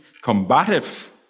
combative